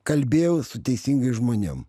kalbėjau su teisingais žmonėm